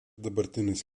dabartinės